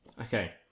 Okay